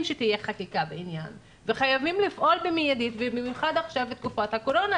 שתהיה חקיקה בעניין וחייבים לפעול מיידית ובמיוחד עכשיו בתקופת הקורונה,